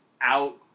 out